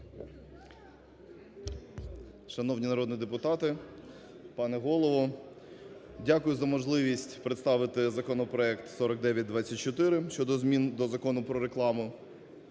Шановні народні депутати, пане Голово! Дякую за можливість представити законопроект 4924 щодо змін до Закону "Про рекламу".